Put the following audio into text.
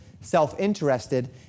self-interested